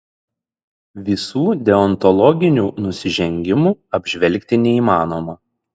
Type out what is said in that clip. visų deontologinių nusižengimų apžvelgti neįmanoma